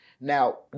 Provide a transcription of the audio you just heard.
Now